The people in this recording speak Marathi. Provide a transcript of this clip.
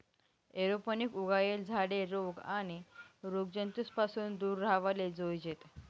एरोपोनिक उगायेल झाडे रोग आणि रोगजंतूस पासून दूर राव्हाले जोयजेत